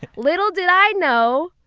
little did i know,